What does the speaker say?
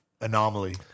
anomaly